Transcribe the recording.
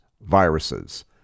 viruses